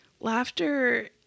laughter